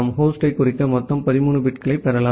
ஹோஸ்டைக் குறிக்க மொத்தம் 13 பிட்களைப் பெறலாம்